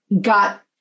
got